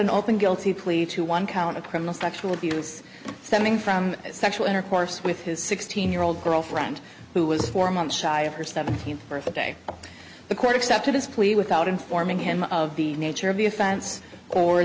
an open guilty plea to one count of criminal sexual abuse stemming from sexual intercourse with his sixteen year old girlfriend who was four months shy of her seventeenth birthday the court accepted his plea without informing him of the nature of the offense or